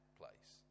place